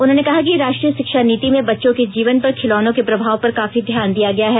उन्होंने कहा कि राष्ट्रीय शिक्षा नीति में बच्चों के जीवन पर खिलौनों के प्रभाव पर काफी ध्यान दिया गया है